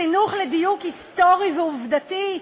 חינוך לדיוק היסטורי ועובדתי?